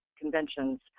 conventions